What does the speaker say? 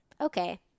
okay